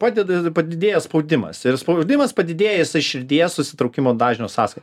padeda padidėja spaudimas ir spaudimas padidėja jisai širdies susitraukimo dažnių sąskai